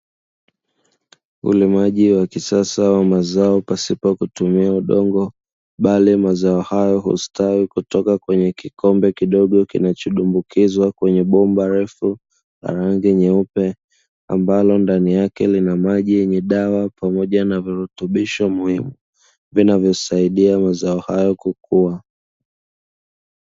Ulimaji wa kisasa wa mazao pasipo kutumia udongo bali mazao hayo hustawi kutoka kwenye kikombe kidogo kinachodumbukizwa kwenye bomba refu la rangi nyeupe ambalo ndani yake lina maji yenye dawa pamoja na virutubisho muhimu vinavyosaidia mazao hayo kukua.